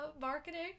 marketing